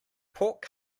pork